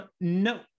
no